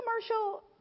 commercial